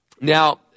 now